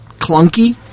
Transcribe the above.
clunky